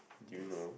do you know